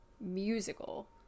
musical